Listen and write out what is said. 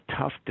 tough